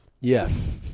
Yes